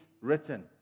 written